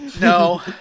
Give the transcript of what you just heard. No